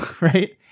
right